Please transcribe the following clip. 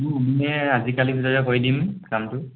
আজিকালি ভিতৰত কৰি দিম কামটো